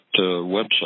website